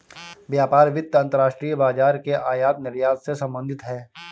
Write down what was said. व्यापार वित्त अंतर्राष्ट्रीय बाजार के आयात निर्यात से संबधित है